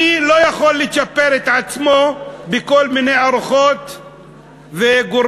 עני לא יכול לצ'פר את עצמו בכל מיני ארוחות גורמה.